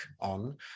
on